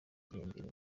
imbere